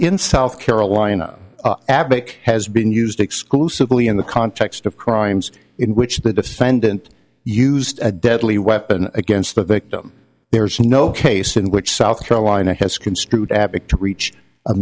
in south carolina afaik has been used exclusively in the context of crimes in which the defendant used a deadly weapon against the victim there is no case in which south carolina has construed avick to reach a